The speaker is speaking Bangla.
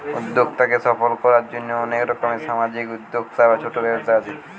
উদ্যোক্তাকে সফল কোরার জন্যে অনেক রকম সামাজিক উদ্যোক্তা, ছোট ব্যবসা আছে